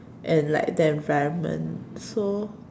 and like the environment so